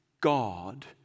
God